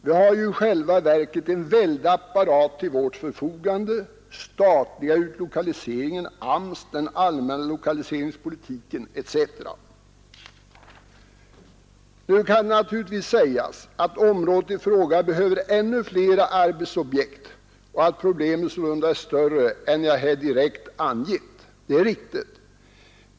Vi har i själva verket en mycket stor apparat till vårt förfogande: den Nu kan det naturligtvis sägas att området i fråga behöver ännu fler arbetsobjekt och att problemet sålunda är större än vad jag här direkt har angivit. Det är riktigt.